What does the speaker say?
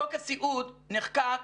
חוק הסיעוד נחקק